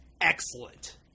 excellent